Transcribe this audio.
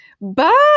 Bye